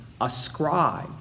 Ascribe